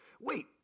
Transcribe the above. wait